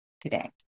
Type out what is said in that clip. today